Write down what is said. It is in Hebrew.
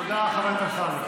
תודה, חבר הכנסת אמסלם.